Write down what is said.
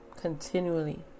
Continually